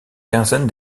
quinzaine